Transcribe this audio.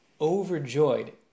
overjoyed